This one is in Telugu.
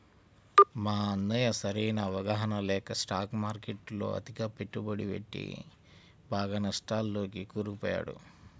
మా అన్నయ్య సరైన అవగాహన లేక స్టాక్ మార్కెట్టులో అతిగా పెట్టుబడి పెట్టి బాగా నష్టాల్లోకి కూరుకుపోయాడు